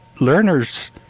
learners